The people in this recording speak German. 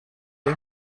der